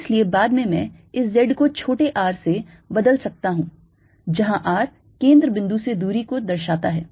इसलिए बाद में मैं इस z को छोटे r से बदल सकता हूं जहां r केंद्र बिंदु से दूरी को दर्शाता है